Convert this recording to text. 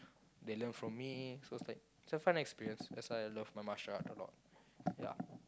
they learn from me so it's like it's a fun experience that's why I love my martial art a lot ya